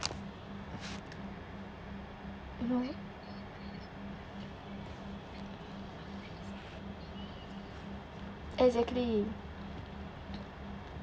you know exactly